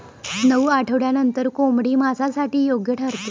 नऊ आठवड्यांनंतर कोंबडी मांसासाठी योग्य ठरते